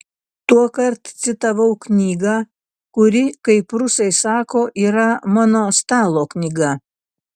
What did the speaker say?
tuokart citavau knygą kuri kaip rusai sako yra mano stalo knyga